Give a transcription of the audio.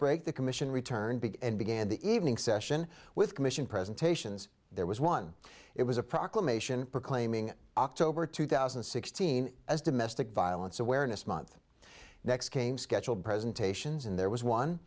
break the commission returned big and began the evening session with commission presentations there was one it was a proclamation proclaiming october two thousand and sixteen as domestic violence awareness month next came scheduled presentations and there was one